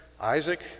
Isaac